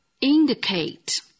indicate